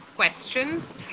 questions